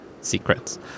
secrets